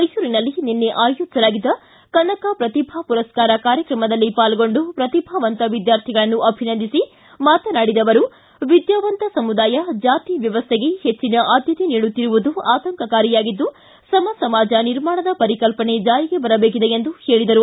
ಮೈಸೂರಿನಲ್ಲಿ ನಿನ್ನೆ ಆಯೋಜಿಸಲಾಗಿದ್ದ ಕನಕ ಪ್ರತಿಭಾ ಪುರಸ್ಕಾರ ಕಾರ್ಯಕ್ರಮದಲ್ಲಿ ಪಾಲ್ಗೊಂಡು ಪ್ರತಿಭಾವಂತ ವಿದ್ಯಾರ್ಥಿಗಳನ್ನು ಅಭಿನಂದಿಸಿ ಮಾತನಾಡಿದ ಅವರು ವಿದ್ಯಾವಂತ ಸಮುದಾಯ ಜಾತಿ ವ್ಯವಸ್ಥೆಗೆ ಹೆಚ್ಚಿನ ಆದ್ಯತೆ ನೀಡುತ್ತಿರುವುದು ಆತಂಕಕಾರಿಯಾಗಿದ್ದು ಸಮ ಸಮಾಜ ನಿರ್ಮಾಣದ ಪರಿಕಲ್ಪನೆ ಜಾರಿಗೆ ಬರಬೇಕಿದೆ ಎಂದು ಹೇಳಿದರು